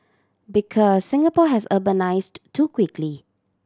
because Singapore has urbanised too quickly